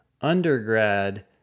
undergrad